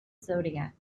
zodiac